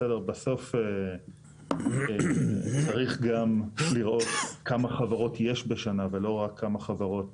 בסוף צריך גם לראות כמה חברות יש בשנה ולא רק כמה חברות